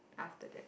after that